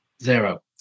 Zero